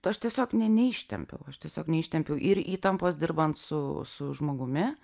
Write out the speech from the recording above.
aš tiesiog ne neištempiau aš tiesiog neištempiau ir įtampos dirbant su su žmogumi